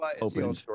open